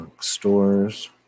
stores